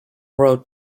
road